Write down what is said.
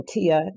Tia